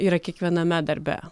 yra kiekviename darbe